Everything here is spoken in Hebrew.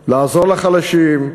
לעזור לחלשים,